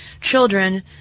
children